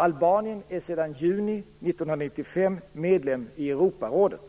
Albanien är sedan juni 1995 medlem i Europarådet.